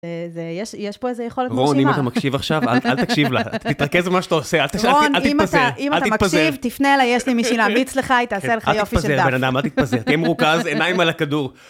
יש פה איזה יכולת משימה. רון, אם אתה מקשיב עכשיו, אל תקשיב לה. תתרכז במה שאתה עושה, אל תתפזר. רון, אם אתה מקשיב, תפנה לה, יש לי מישהי להביץ לך, היא תעשה לך יופי של דף. אל תתפזר, בן אדם, אל תתפזר. תהיה מרוכז, עיניים על הכדור.